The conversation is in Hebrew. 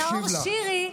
ונאור שירי,